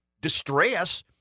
distress